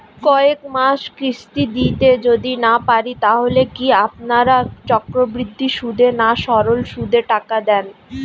কয়েক মাস কিস্তি দিতে যদি না পারি তাহলে কি আপনারা চক্রবৃদ্ধি সুদে না সরল সুদে টাকা দেন?